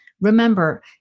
Remember